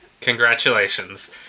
Congratulations